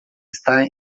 está